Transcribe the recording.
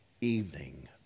Evening